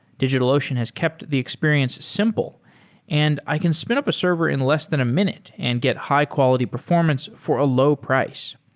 digitalocean has kept the experience simple and i can spin up a server in less than a minute and get high quality performance for a low price.